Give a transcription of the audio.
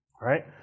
right